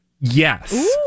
Yes